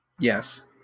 Yes